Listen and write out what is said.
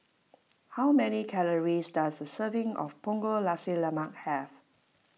how many calories does a serving of Punggol Nasi Lemak have